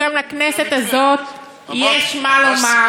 גם לכנסת הזאת יש מה לומר,